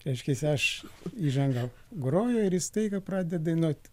reiškiasi aš įžangą groju ir jis staiga pradeda dainuot